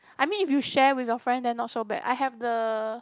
I mean if you share with your friend then not so bad I have the